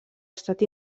estat